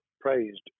praised